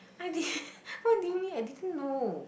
I did what do you mean I didn't know